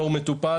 בתור מטופל,